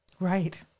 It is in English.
Right